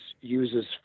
uses